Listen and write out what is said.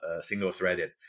single-threaded